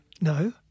No